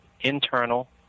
internal